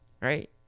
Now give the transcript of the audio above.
Right